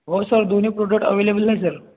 हो सर दोन्ही product available आहे सर